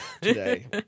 today